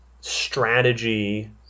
strategy